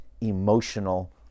emotional